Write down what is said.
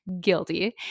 Guilty